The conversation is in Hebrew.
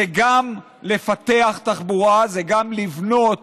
זה גם לפתח תחבורה וגם לבנות